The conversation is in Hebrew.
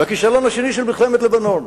והכישלון השני של מלחמת לבנון,